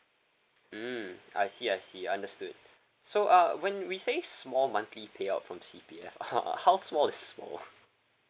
mm I see I see understood so uh when we say small monthly payout from C_P_F how small is small